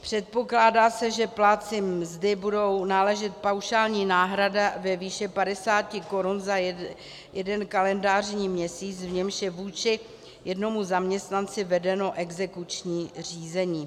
Předpokládá se, že plátci mzdy bude náležet paušální náhrada ve výši 50 korun za jeden kalendářní měsíc, v němž je vůči jednomu zaměstnanci vedeno exekuční řízení.